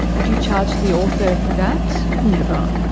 would you charge the author for that? never!